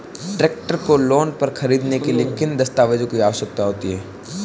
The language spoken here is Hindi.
ट्रैक्टर को लोंन पर खरीदने के लिए किन दस्तावेज़ों की आवश्यकता होती है?